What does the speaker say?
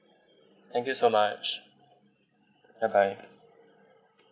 thank you so much bye bye